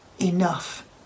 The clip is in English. enough